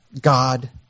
God